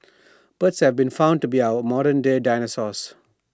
birds have been found to be our modern day dinosaurs